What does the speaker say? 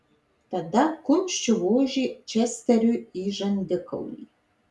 tada kumščiu vožė česteriui į žandikaulį